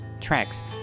tracks